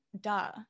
duh